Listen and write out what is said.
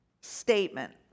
statement